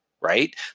right